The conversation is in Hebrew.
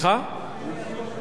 18 תומכים, אין מתנגדים,